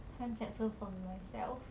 time capsule from myself